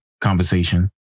conversation